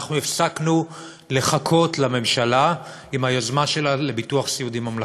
אנחנו הפסקנו לחכות לממשלה עם היוזמה שלה לביטוח סיעודי ממלכתי.